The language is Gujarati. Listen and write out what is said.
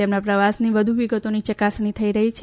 તેમના પ્રવાસની વધુ વિગતોની ચકાસણી થઇ રહી છે